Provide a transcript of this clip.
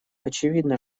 очевидно